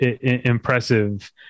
impressive